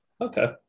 okay